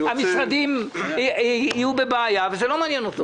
המשרדים יהיו בבעיה וזה לא מעניין אותו.